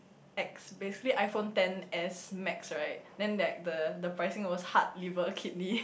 X basically iPhone ten as max right then that the the pricing was heart liver kidney